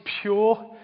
pure